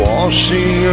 Washing